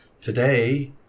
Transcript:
Today